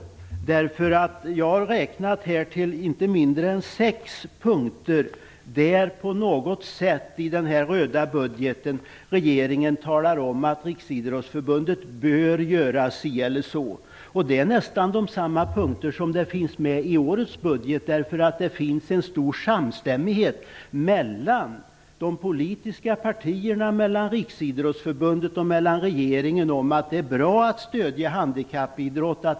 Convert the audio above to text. Jag har i den förra budgeten räknat till inte mindre än sex punkter, där regeringen på något sätt talar om att Riksidrottsförbundet bör göra si eller så. Det är nästan samma punkter som finns med i årets budget. Det finns en stor samstämmighet mellan de politiska partierna, Riksidrottsförbundet och regeringen om att det är bra att stödja handikappidrott.